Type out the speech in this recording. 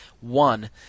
one